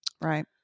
Right